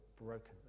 broken